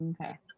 okay